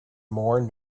more